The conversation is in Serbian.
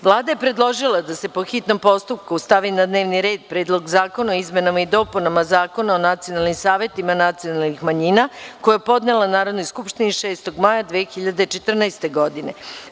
Vlada je predložila da se, po hitnom postupku, stavi na dnevni red Predlog zakona o izmenama i dopunama Zakona o nacionalnim savetima nacionalnih manjina, koji je podnela Narodnoj skupštini 6. maja 2014. godine.